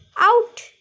Out